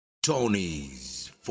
tony's